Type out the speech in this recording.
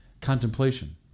contemplation